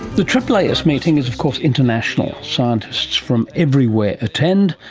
the aaas meeting is of course international, scientists from everywhere attend.